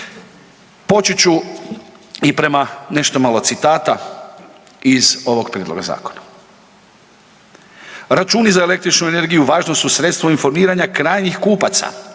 Počet ću i prema nešto malo citata iz ovog prijedloga zakona. Računi za električnu energiju važno su sredstvo informiranja krajnjih kupaca